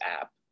app